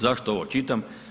Zašto ovo čitam?